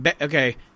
okay